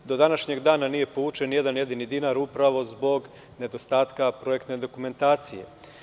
Do dana današnjeg nije povučen nijedan jedini dinar, upravo zbog nedostatka projektne dokumentacije.